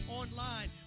online